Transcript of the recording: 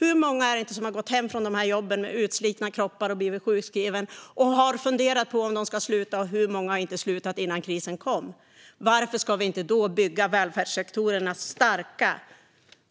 Hur många är det inte som har gått hem från de jobben med utslitna kroppar och blivit sjukskrivna och har funderat på om de ska sluta, och hur många har inte slutat innan krisen kom? Varför ska vi då inte bygga välfärdssektorerna starka?